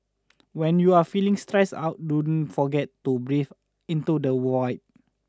when you are feeling stressed out don't forget to breathe into the void